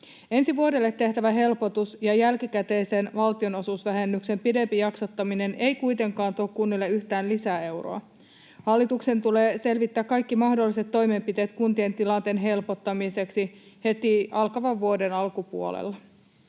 Ensi vuodelle tehtävä helpotus ja jälkikäteisen valtionosuusvähennyksen pidempi jaksottaminen eivät kuitenkaan tuo kunnille yhtään lisäeuroa. Hallituksen tulee selvittää kaikki mahdolliset toimenpiteet kuntien tilanteen helpottamiseksi heti alkavan vuoden alkupuolella.